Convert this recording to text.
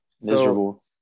miserable